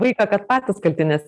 vaiką kad patys kalti nes